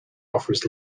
offers